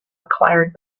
acquired